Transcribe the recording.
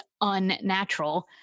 unnatural